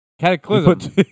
Cataclysm